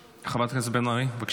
חברת הכנסת בן ארי, בבקשה.